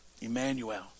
Emmanuel